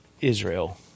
Israel